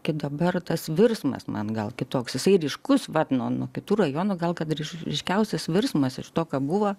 kaip dabar tas virsmas man gal kitoks jisai ryškus vat nuo nuo kitų rajonų gal kad ir ryškiausias virsmas iš to ką buvo